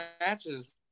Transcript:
matches